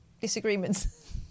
disagreements